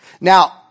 Now